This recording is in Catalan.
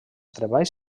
treballs